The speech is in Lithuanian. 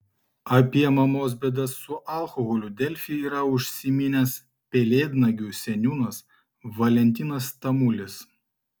apie mamos bėdas su alkoholiu delfi yra užsiminęs pelėdnagių seniūnas valentinas tamulis